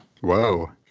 Whoa